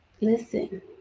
Listen